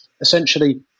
essentially